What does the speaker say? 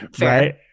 Right